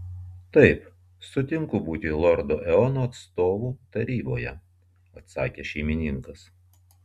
taip sutinku būti lordo eono atstovu taryboje atsakė šeimininkas